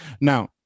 Now